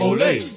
Olay